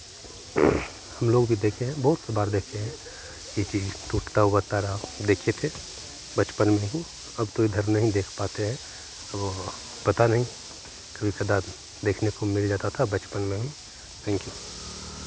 हमलोग भी देखे हैं बहुत बार देखे हैं ई चीज़ टूटता हुआ तारा देखे थे बचपन में ही अब तो इधर नहीं देख पाते हैं वो पता नहीं कभी कदाल देखने को मिल जाता था बचपन में हम थैंक्यू